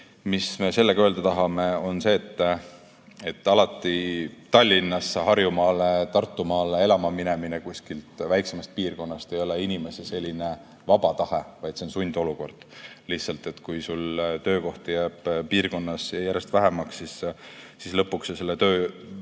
Mis me sellega öelda tahame, on see, et Tallinnasse, Harjumaale või Tartumaale elama minemine kuskilt väiksemast piirkonnast ei ole alati inimese vaba tahe, vaid see on sundolukord. Kui sul töökohti jääb piirkonnas järjest vähemaks, siis lõpuks sa [lähed]